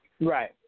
Right